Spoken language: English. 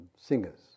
singers